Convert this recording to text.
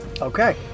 okay